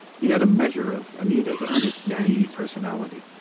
he had a measure of anita's earnest naive personality.